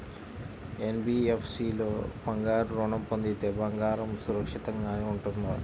NBFC లో బంగారు ఋణం పొందితే బంగారం సురక్షితంగానే ఉంటుందా?